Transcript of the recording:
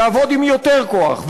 יעבוד עם יותר כוח,